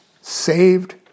saved